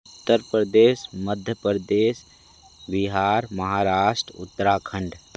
Uttar Pradesh Madhya Pradesh Bihar Maharashtra Uttarakhand